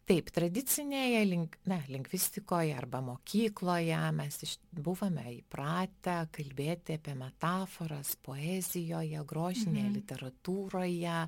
taip tradicinėje link na lingvistikoje arba mokykloje mes buvome įpratę kalbėti apie metaforas poezijoje grožinėje litaratūroje